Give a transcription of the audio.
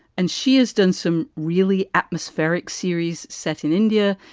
and she has done some really atmospheric series set in india.